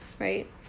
right